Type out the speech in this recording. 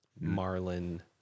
Marlin